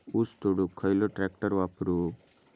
ऊस तोडुक खयलो ट्रॅक्टर वापरू?